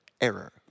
error